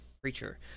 preacher